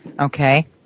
Okay